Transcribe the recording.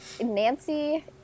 Nancy